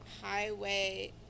Highway